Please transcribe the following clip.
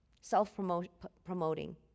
self-promoting